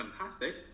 fantastic